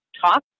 talk